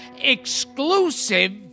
exclusive